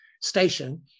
station